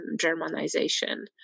Germanization